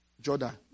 Jordan